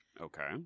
Okay